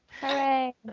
Hooray